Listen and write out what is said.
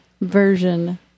version